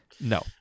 no